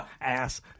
ass